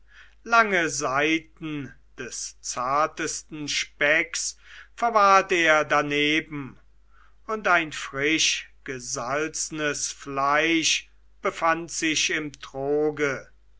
lange seiten des zartesten specks verwahrt er daneben und ein frisch gesalzenes fleisch befand sich im troge